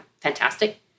fantastic